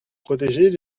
protéger